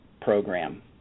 program